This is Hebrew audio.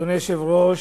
אדוני היושב-ראש,